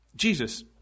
Jesus